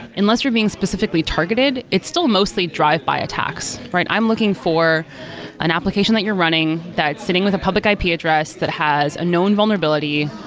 unless you're being specifically targeted, it's still mostly drive-by attacks, right? i'm looking for an application that you're running that's sitting with a public ip address, that has a known vulnerability,